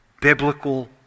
Biblical